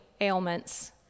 ailments